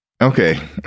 Okay